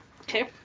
Okay